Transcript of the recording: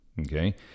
okay